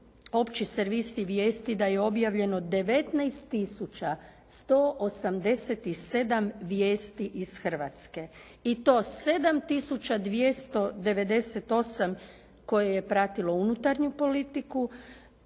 opći servisi vijesti da je objavljeno 19 tisuća 187 vijesti iz Hrvatske i to 7 tisuća 298 koje je pratilo unutarnju politiku,